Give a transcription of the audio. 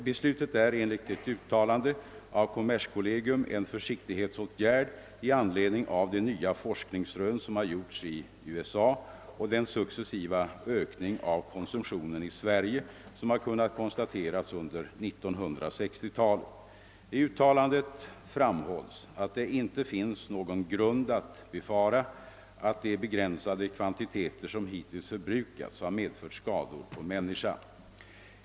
Beslutet är enligt ett uttalande av kommerskollegium en försiktighetsåtgärd i anledning av de nya forskningsrön som har gjorts i USA och den successiva ökning av konsumtionen i Sverige, som har kunnat konstateras under 1960-talet. I uttalandet framhålls att det inte finns någon grund att befara att de begränsade kvantiteter som hittills förbrukats har medfört skador på människa.